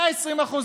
אלה ה-20%.